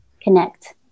connect